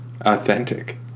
authentic